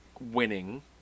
winning